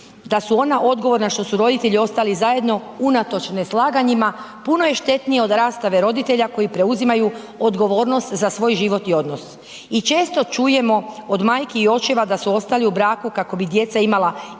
da su ona odgovorna što su roditelji ostali zajedno unatoč neslaganjima puno je štetnije od rastave roditelja koji preuzimaju odgovornost za svoj život i odnos. I često čujemo od majki i očeva da su ostali u braku kako bi djeca imala i